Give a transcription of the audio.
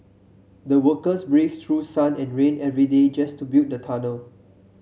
the workers braved through sun and rain every day just to build the tunnel